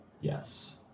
yes